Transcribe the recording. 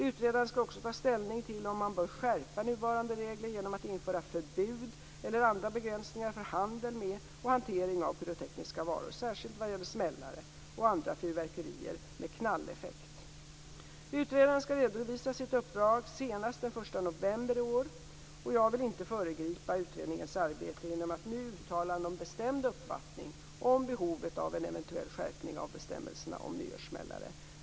Utredaren skall också ta ställning till om man bör skärpa nuvarande regler genom att införa förbud eller andra begränsningar för handel med och hantering av pyrotekniska varor, särskilt vad gäller smällare och andra fyrverkerier med knalleffekt. Utredaren skall redovisa sitt uppdrag senast den 1 november 1999. Jag vill inte föregripa utredningens arbete genom att nu uttala någon bestämd uppfattning om behovet av en eventuell skärpning av bestämmelserna om nyårssmällare.